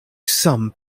some